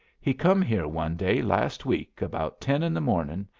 he come here one day last week about ten in the morning,